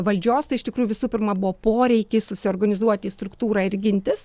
valdžios tai iš tikrųjų visų pirma buvo poreikis susiorganizuoti struktūrą ir gintis